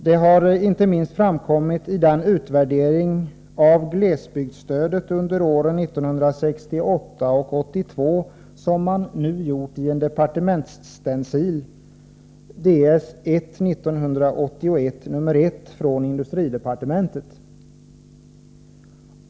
Det har inte minst framkommit i den utvärdering av glesbygdsstödet under åren 1968-1982 som man nu gjort i en departementsstencil, DS I 1984:1, från industridepartementet.